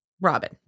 Robin